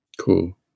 Cool